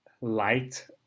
light